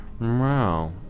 Wow